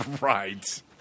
Right